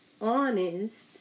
honest